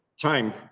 time